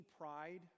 pride